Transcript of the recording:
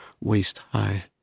waist-high